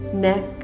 neck